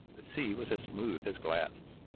the sea was as smooth as glass.